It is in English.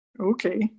Okay